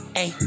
Hey